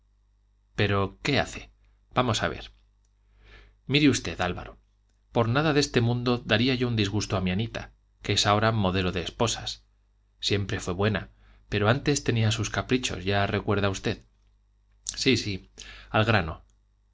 pero qué hace vamos a ver mire usted álvaro por nada de este mundo daría yo un disgusto a mi anita que es ahora modelo de esposas siempre fue buena pero antes tenía sus caprichos ya recuerda usted sí sí al grano